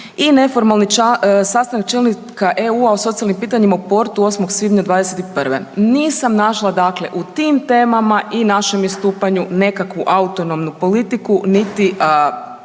i neformalni sastanak čelnika EU o socijalnim pitanjima u Portu 8. svibnja 2021. Nisam našla, dakle u tim temama i našem istupanju nekakvu autonomnu politiku niti